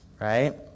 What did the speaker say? right